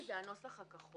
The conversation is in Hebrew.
המקומי, והנוסח הכחול.